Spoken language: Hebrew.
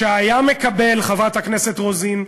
שהיה מקבל, חברת הכנסת רוזין,